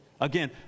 Again